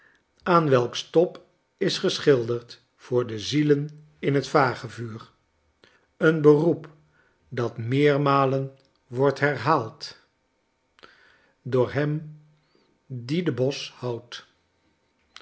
aan welks top is geschilderd voor de zielen in het vagevuur een beroep dat meermalen wordt herhaald door hem die de bos houdt